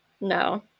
No